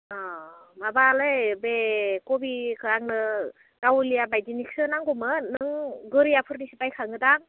अ माबालै बे खबिखो आंनो गावलिया बायदिनिखोसो नांगौमोन नों गोरियाफोरनिसो बायखाङो दां